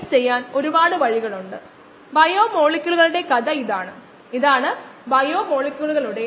അവസാനമായി സബ്സ്ട്രേറ്റ് ഉൽപ്പന്ന സാന്ദ്രതയ്ക്കുമുള്ള ചില രീതികളും നമ്മൾ കണ്ടു